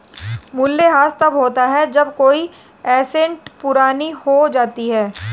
मूल्यह्रास तब होता है जब कोई एसेट पुरानी हो जाती है